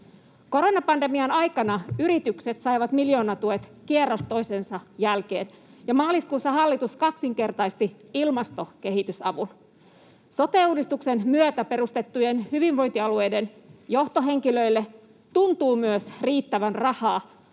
Koronapandemian aikana yritykset saivat miljoonatuet kierros toisensa jälkeen, ja maaliskuussa hallitus kaksinkertaisti ilmastokehitysavun. Sote-uudistuksen myötä perustettujen hyvinvointialueiden johtohenkilöille tuntuu myös riittävän rahaa.